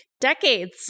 decades